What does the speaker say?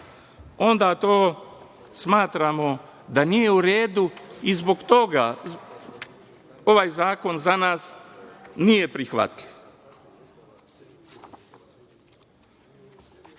onda to smatramo da nije u redu, i zbog toga, ovaj zakon za nas nije prihvatljiv. Vi